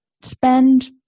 spend